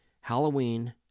Halloween